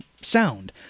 sound